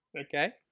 Okay